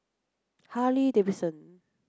Harley Davidson